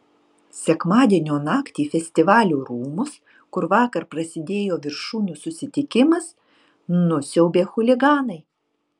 sekmadienio naktį festivalių rūmus kur vakar prasidėjo viršūnių susitikimas nusiaubė chuliganai